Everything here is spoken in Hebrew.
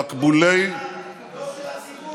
לטייקונים, לא של הציבור.